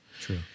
true